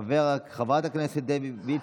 חברת הכנסת דבי ביטון,